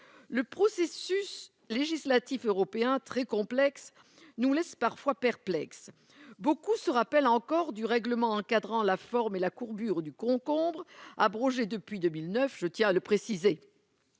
le processus législatif européen très complexe, nous laisse parfois perplexe, beaucoup se rappelle encore du règlement encadrant la forme et la courbure du concombre abrogé depuis 2009, je tiens à le préciser,